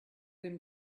him